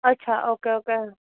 અચ્છા okay okay